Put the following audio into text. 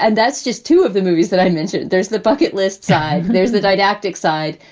and that's just two of the movies that i mentioned. there's the bucket list side. there's the didactic side.